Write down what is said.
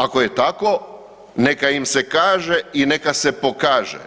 Ako je tako, neka im se kaže i neka se pokaže